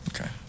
Okay